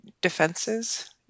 defenses